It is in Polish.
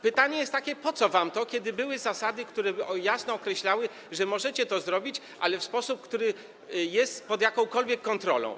Pytanie jest takie: Po co wam to, skoro były zasady, które jasno określały, że możecie to zrobić, ale w sposób, który jest pod jakąkolwiek kontrolą?